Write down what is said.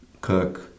cook